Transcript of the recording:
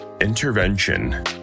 Intervention